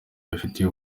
babifitiye